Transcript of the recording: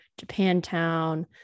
Japantown